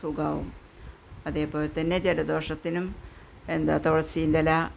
സുഖമാവും അതേപോലെ തന്നെ ജലദോഷത്തിനും എന്താണ് തുളസിൻ്റെ ഇല